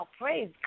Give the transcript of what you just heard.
Praise